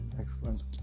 Excellent